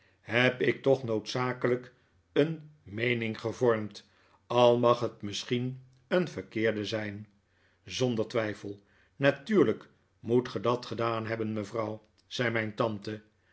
heb ik toch noodzakelijk een meening gevormd al mag het misschien een verkeerde zijn zonder twijfel natuurlijk moet ge dat gedaan hebben mevrouw zei mijn tante